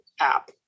app